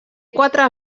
quatre